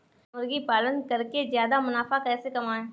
मुर्गी पालन करके ज्यादा मुनाफा कैसे कमाएँ?